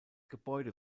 gebäude